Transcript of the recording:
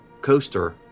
coaster